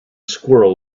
squirrel